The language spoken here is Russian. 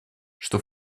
что